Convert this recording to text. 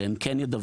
שבו הם כן ידווחו.